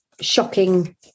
shocking